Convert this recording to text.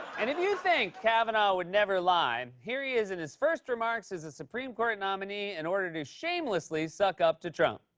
and if you think kavanaugh would never lie, here he is in his first remarks as a supreme court nominee in order to shamelessly suck up to trump.